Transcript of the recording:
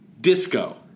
Disco